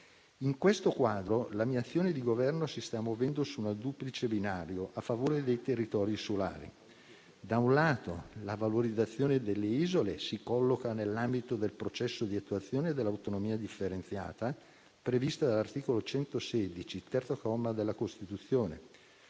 In questo quadro, la mia azione di Governo si sta muovendo su un duplice binario a favore dei territori insulari. Da un lato, la valorizzazione delle isole si colloca nell'ambito del processo di attuazione dell'autonomia differenziata prevista dall'articolo 116, terzo comma, della Costituzione.